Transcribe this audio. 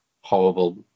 horrible